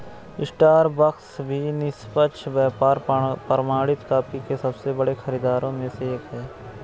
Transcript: Starbucks भी निष्पक्ष व्यापार प्रमाणित कॉफी के सबसे बड़े खरीदारों में से एक है